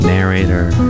Narrator